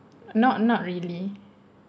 not not really